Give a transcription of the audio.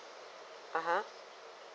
(uh huh)